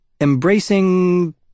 embracing